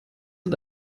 und